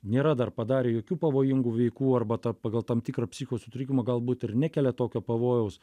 nėra dar padarę jokių pavojingų veikų arba tą pagal tam tikrą psichikos sutrikimą galbūt ir nekelia tokio pavojaus